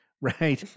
right